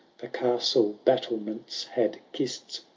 the castle-battlements had kissed.